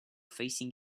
facing